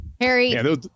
Harry